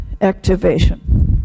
activation